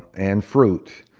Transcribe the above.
and fruit,